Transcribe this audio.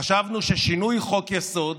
חשבנו ששינוי חוק-היסוד